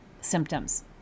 symptoms